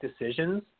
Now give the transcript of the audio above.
decisions